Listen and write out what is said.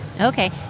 Okay